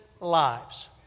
lives